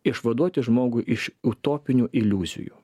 išvaduoti žmogų iš utopinių iliuzijų